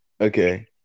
Okay